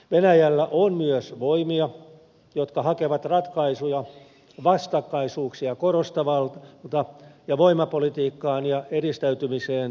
venäjällä on myös voimia jotka hakevat ratkaisuja vastakkaisuuksia korostavalta ja voimapolitiikkaan ja eristäytymiseen tukeutuvalta suunnalta